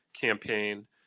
campaign